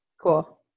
Cool